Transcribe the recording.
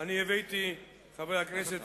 חברי הכנסת,